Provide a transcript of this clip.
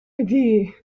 idea